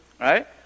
right